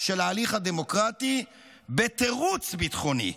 של ההליך הדמוקרטי בתירוץ ביטחוני.